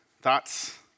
Thoughts